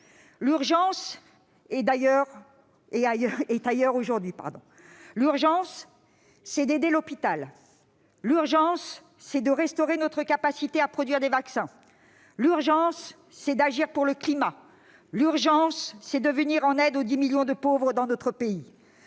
L'urgence est ailleurs aujourd'hui. L'urgence est d'aider l'hôpital. L'urgence est de restaurer notre capacité à produire des vaccins. L'urgence est d'agir pour le climat. L'urgence est de venir en aide aux 10 millions de pauvres dans notre pays